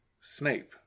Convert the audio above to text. Snape